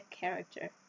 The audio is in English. character